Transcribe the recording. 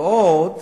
ועוד